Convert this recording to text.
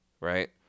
right